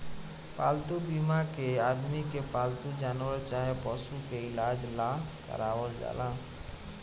पालतू बीमा के आदमी के पालतू जानवर चाहे पशु के इलाज ला करावल जाला